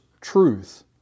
truth